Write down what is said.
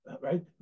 right